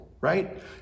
right